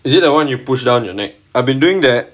is it that [one] you push down your neck I've been doing that